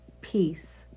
peace